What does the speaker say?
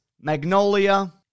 magnolia